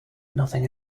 nothing